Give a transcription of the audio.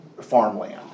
farmland